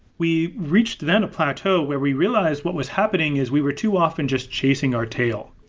we reached, then, a plateau where we realized what was happening is we were too often just chasing our tail.